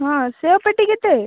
ହଁ ସେଓ ପେଟି କେତେ